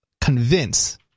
convince